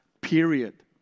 period